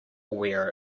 wear